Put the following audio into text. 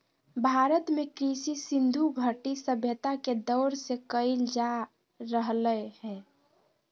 भारत में कृषि सिन्धु घटी सभ्यता के दौर से कइल जा रहलय हें